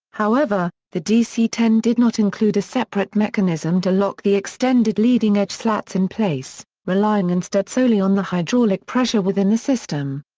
however, the dc ten did not include a separate mechanism to lock the extended leading edge slats in place, relying instead solely on the hydraulic pressure within the system.